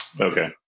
Okay